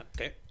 Okay